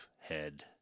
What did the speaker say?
head